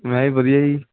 ਮੈਂ ਵੀ ਵਧੀਆ ਜੀ